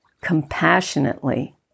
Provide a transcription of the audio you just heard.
compassionately